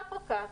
כך או כך,